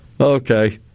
Okay